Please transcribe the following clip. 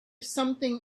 something